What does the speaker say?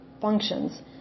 functions